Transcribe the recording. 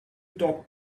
talk